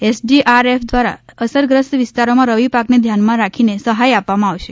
SDRF દ્વારા અસર ગ્રસ્ત વિસ્તારોમાં રવી પાકને ધ્યાનમાં રાખને સહાય આપવામાં આવશે